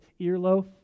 earloaf